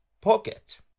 pocket